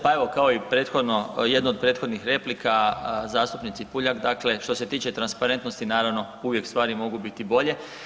Pa evo, kao i prethodno, jedno od prethodnih replika zastupnici Puljak, dakle, što se tiče transparentnosti, naravno uvijek stvari mogu biti bolje.